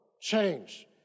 change